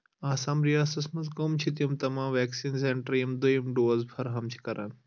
آسام ریاستس مَنٛز کم چھِ تمام ویکسیٖن سینٹر یِم دویِم ڈوز فراہَم چھ کران